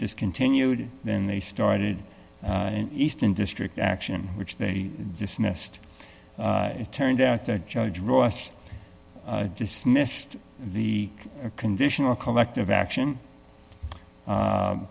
discontinued then they started in eastern district action which they dismissed it turned out that judge ross dismissed the conditional collective action